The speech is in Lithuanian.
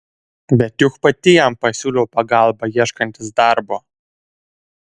bet juk pati jam pasiūliau pagalbą ieškantis darbo